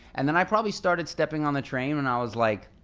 and then i probably started stepping on the train when i was like